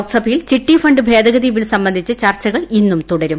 ലോക്സഭയിൽ ചിട്ടിഫണ്ട് ഭേദഗതി ബിൽ സംബന്ധിച്ച് ചർച്ചകൾ ഇന്നും തുടരും